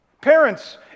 Parents